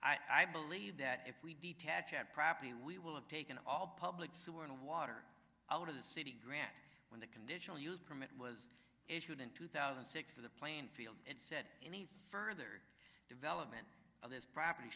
site i believe that if we detach our property we will have taken all public sewer and water out of the city grant when the conditional use permit was issued in two thousand and six for the plainfield it said any further development of this property